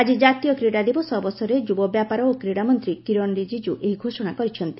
ଆଜି ଜାତୀୟ କୀଡ଼ା ଦିବସ ଅବସରରେ ଯୁବବ୍ୟାପାର ଓ କ୍ରୀଡ଼ାମନ୍ତ୍ରୀ କିରଣ ରିଜିଜୁ ଏହି ଘୋଷଣା କରିଛନ୍ତି